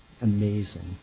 Amazing